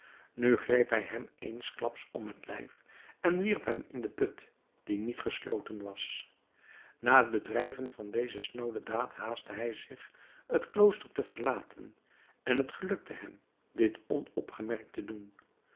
nu greep hij hem eensklaps om het lijf en wierp hem in den put die niet gesloten was na het bedrijven van deze snoode daad haastte hij zich het klooster te verlaten en het gelukte hem dit onopgemerkt te doen